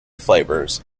flavors